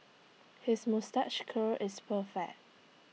his moustache curl is perfect